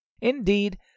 Indeed